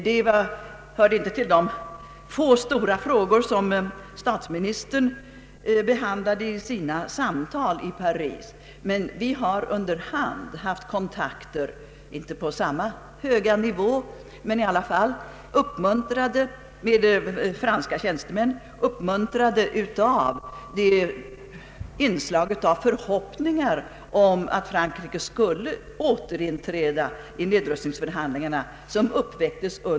Den hörde inte till de få stora frågor som statsministern avhandlade i sina samtal i Paris. Men vi har under hand haft kontakter — visserligen inte på samma höga nivå — med franska tjänstemän. Både vi och de var uppmuntrade av förhoppningar, som väcktes under presidentvalet förra året, att Frankrike skulle återinträda i nedrustningsförhandlingarna.